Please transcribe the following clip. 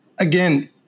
again